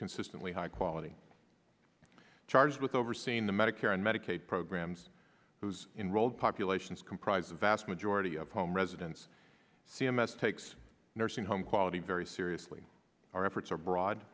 consistently high quality charged with overseeing the medicare and medicaid programs whose enroll populations comprise a vast majority of home residents c m s takes nursing home quality very seriously our efforts are broad